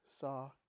saw